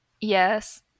Yes